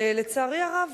ולצערי הרב,